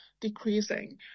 decreasing